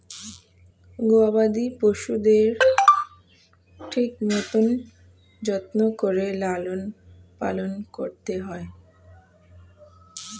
গবাদি পশুদের ঠিক মতন যত্ন করে লালন পালন করতে হয়